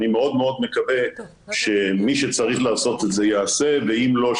אני מאוד מאוד מקווה שמי שצריך לעשות את זה יעשה ואם לא,